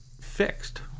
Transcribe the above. fixed